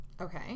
Okay